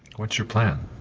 what's your plan?